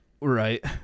Right